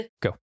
go